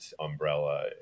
umbrella